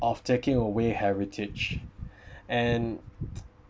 of taking away heritage and